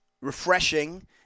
refreshing